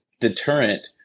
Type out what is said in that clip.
deterrent